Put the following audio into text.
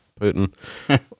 Putin